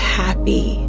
happy